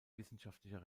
wissenschaftlicher